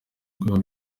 ubwoba